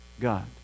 God